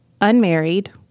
unmarried